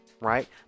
right